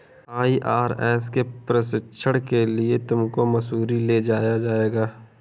IRS के प्रशिक्षण के लिए तुमको मसूरी ले जाया जाएगा